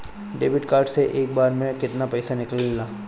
Debit card से एक बार मे केतना पैसा निकले ला?